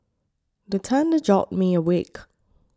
the thunder jolt me awake